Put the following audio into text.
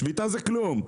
שביתה זה כלום,